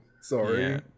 Sorry